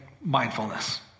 mindfulness